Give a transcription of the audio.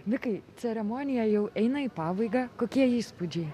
mikai ceremonija jau eina į pabaigą kokie įspūdžiai